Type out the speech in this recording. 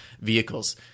vehicles